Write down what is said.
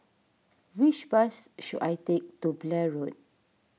which bus should I take to Blair Road